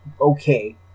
okay